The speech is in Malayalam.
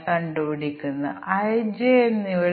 ഇനി നമുക്ക് ഇതിന്റെ നിസ്സാരത നോക്കാം